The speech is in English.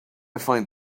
find